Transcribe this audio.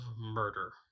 murder